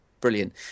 brilliant